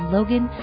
Logan